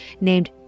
named